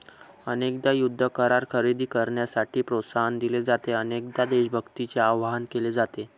अनेकदा युद्ध करार खरेदी करण्यासाठी प्रोत्साहन दिले जाते, अनेकदा देशभक्तीचे आवाहन केले जाते